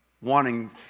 wanting